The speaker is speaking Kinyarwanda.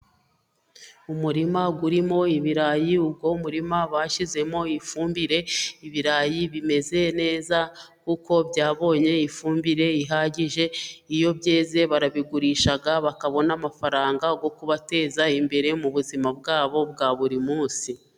Umurima urimo ibirayi, uwo murima bashyizemo ifumbire, ibirayi bimeze neza kuko byabonye ifumbire ihagije, iyo byeze barabigurisha bakabona amafaranga yo kubateza imbere mu buzima bwabo bwa buri munsi.